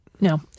No